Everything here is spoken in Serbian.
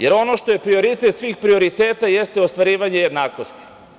Jer, ono što je prioritet svih prioriteta jeste ostvarivanje jednakosti.